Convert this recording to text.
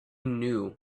knew